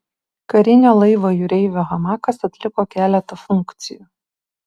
karinio laivo jūreivio hamakas atliko keletą funkcijų